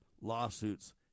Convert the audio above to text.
lawsuits